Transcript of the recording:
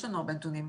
יש לנו הרבה נתונים.